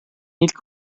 ilk